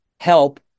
help